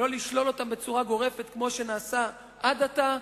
ולא לשלול אותן בצורה גורפת כמו שנעשה עד עתה.